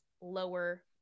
lower